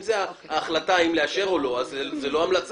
אם זו החלטה לאשר או לא, זו לא המלצה.